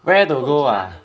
where to go ah